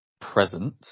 present